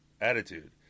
attitude